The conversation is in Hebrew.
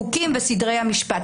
חוקים וסדרי משפט".